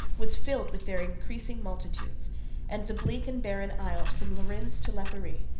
was filled with their increasing multitudes and the bleak and barren isles, from lerins to lipari,